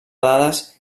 dades